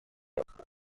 helpful